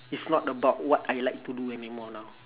it's not about what I like to do anymore now